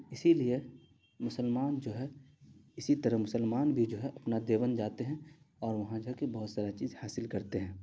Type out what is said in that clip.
اسی لیے مسلمان جو ہے اسی طرح مسلمان بھی جو ہے اپنا دیوبند جاتے ہیں اور وہاں جا کے بہت سارا چیز حاصل کرتے ہیں